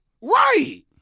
Right